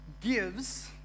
gives